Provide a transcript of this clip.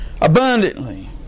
abundantly